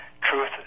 Truth